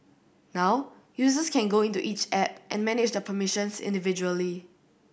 now users can go into each app and manage the permissions individually